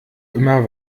immer